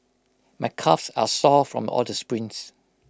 my calves are sore from all the sprints